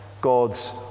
God's